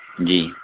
جی